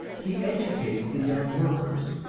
he educates the young workers,